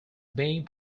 being